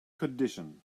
condition